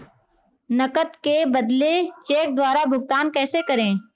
नकद के बदले चेक द्वारा भुगतान कैसे करें?